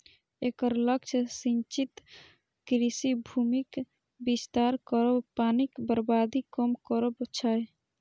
एकर लक्ष्य सिंचित कृषि भूमिक विस्तार करब, पानिक बर्बादी कम करब छै